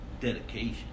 dedication